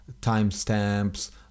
timestamps